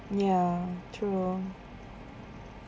ya true